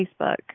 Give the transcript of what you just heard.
Facebook